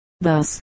Thus